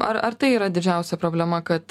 ar ar tai yra didžiausia problema kad